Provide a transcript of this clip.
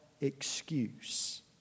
excuse